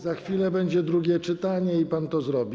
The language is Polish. Za chwilę będzie drugie czytanie i pan to zrobi.